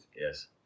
Yes